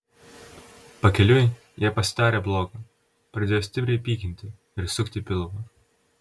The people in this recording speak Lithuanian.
pakeliui jai pasidarė bloga pradėjo stipriai pykinti ir sukti pilvą